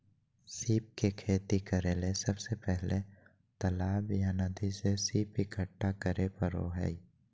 सीप के खेती करेले सबसे पहले तालाब या नदी से सीप इकठ्ठा करै परो हइ